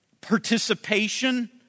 participation